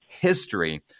history